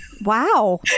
Wow